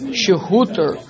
shehuter